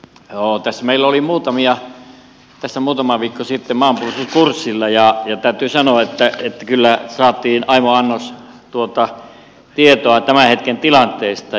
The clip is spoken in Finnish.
tässä meitä oli muutamia muutama viikko sitten maanpuolustuskurssilla ja täytyy sanoa että kyllä saatiin aimo annos tietoa tämän hetken tilanteesta